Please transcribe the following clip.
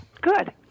Good